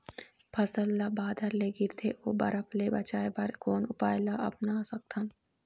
फसल ला बादर ले गिरथे ओ बरफ ले बचाए बर कोन उपाय ला अपना सकथन?